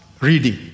reading